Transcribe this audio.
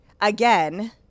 again